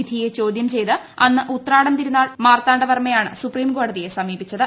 വിധിയെ ചോദ്യം ചെയ്ത് അന്ന് ഉത്രാടം തിരുനാൾ മാർത്താണ്ഡവർമ്മ യാണ് സുപ്രീം കോടതിയെ സമീപിച്ചത്